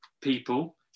people